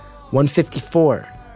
154